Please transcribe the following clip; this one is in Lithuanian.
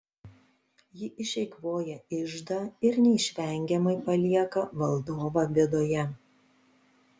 ji išeikvoja iždą ir neišvengiamai palieka valdovą bėdoje